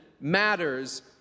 matters